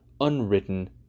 unwritten